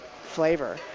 flavor